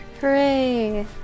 Hooray